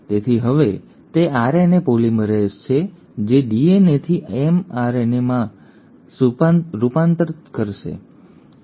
તેથી હવે તે આરએનએ પોલિમરેઝ છે જે ડીએનએથી એમઆરએનએમાં આ રૂપાંતર કરશે